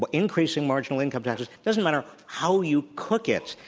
but increasing marginal income taxes, doesn't matter how you cook it,